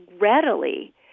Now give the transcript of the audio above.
readily